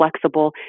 flexible